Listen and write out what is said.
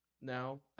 now